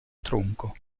tronco